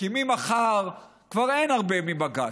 כי ממחר כבר אין הרבה מבג"ץ.